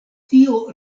tio